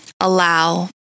allow